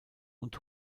und